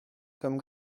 comme